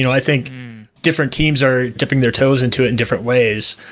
i think different teams are dipping their toes into it in different ways.